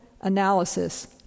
analysis